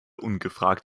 ungefragt